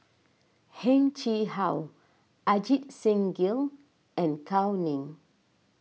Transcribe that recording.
Heng Chee How Ajit Singh Gill and Gao Ning